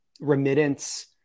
remittance